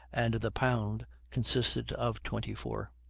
and the pound consisted of twenty-four.